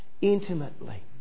intimately